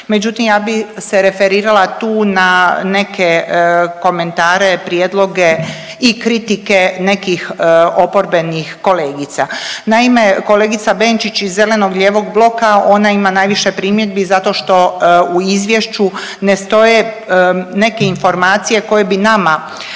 Međutim, ja bih se referirala tu na neke komentare, prijedloge i kritike nekih oporbenih kolegica. Naime, kolegica Benčić iz Zeleno-lijevog bloka ona ima najviše primjedbi zato što u izvješću ne stoje neke informacije koje bi nama